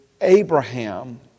Abraham